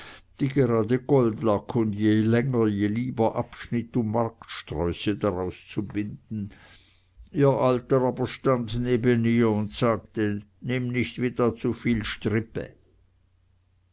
die gerade goldlack und jelänger jelieber abschnitt um marktsträuße daraus zu binden ihr alter aber stand neben ihr und sagte nimm nicht wieder zuviel strippe